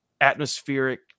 atmospheric